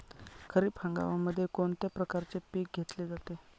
खरीप हंगामामध्ये कोणत्या प्रकारचे पीक घेतले जाते?